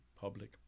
public